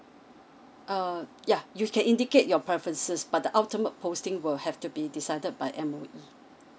err yeah you can indicate your preferences but the ultimate posting will have to be decided by M_O_E